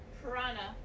Piranha